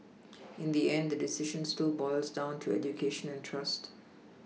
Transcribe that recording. in the end the decision still boils down to education and trust